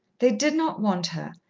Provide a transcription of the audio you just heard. they did not want her,